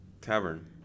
Tavern